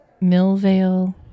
Millvale